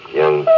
young